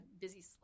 busy